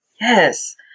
Yes